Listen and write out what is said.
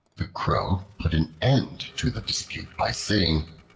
the crow put an end to the dispute by saying,